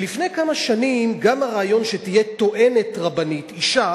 שלפני כמה שנים גם לרעיון שתהיה טוענת רבנית אשה